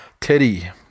Teddy